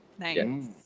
Thanks